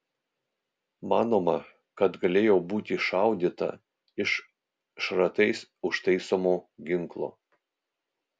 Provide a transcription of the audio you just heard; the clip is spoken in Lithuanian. manoma kad galėjo būti šaudyta iš šratais užtaisomo ginklo